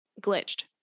glitched